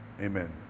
amen